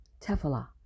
Tefillah